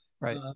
Right